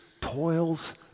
toils